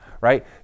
right